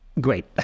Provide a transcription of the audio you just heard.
great